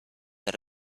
that